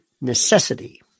necessity